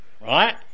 Right